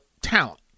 talent